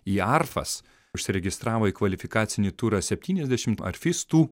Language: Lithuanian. į arfas užsiregistravo į kvalifikacinį turą septyniasdešim arfistų